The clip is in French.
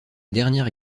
dernière